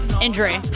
injury